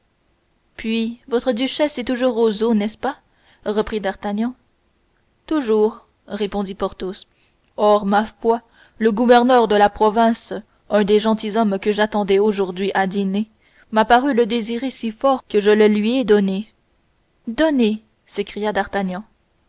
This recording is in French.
puis votre duchesse est toujours aux eaux n'est-ce pas reprit d'artagnan toujours répondit porthos or ma foi le gouverneur de la province un des gentilshommes que j'attendais aujourd'hui à dîner m'a paru le désirer si fort que je le lui ai donné donné s'écria d'artagnan